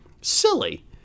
Silly